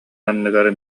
анныгар